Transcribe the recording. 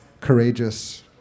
courageous